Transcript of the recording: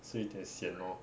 是一点 sian lor